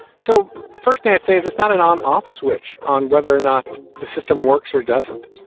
so the first thing i'd say is it's not an on off switch on whether or not the system works or doesn't.